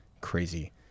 crazy